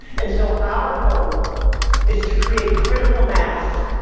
and so our goal is to create critical mass.